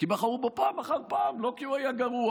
כי בחרו בו פעם אחר פעם, לא כי הוא היה גרוע.